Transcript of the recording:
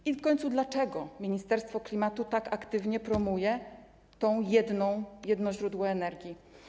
I w końcu: Dlaczego ministerstwo klimatu tak aktywnie promuje to jedno źródło energii?